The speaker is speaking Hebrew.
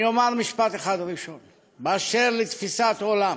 אני אומר משפט אחד ראשון באשר לתפיסת עולם: